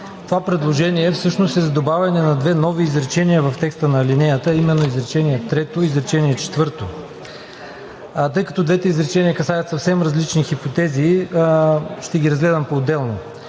Това предложение всъщност е за добавяне на две нови изречения в текста на алинеята, а именно изречение трето и изречение четвърто. Тъй като двете изречения касаят съвсем различни хипотези, ще ги разгледам поотделно.